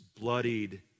bloodied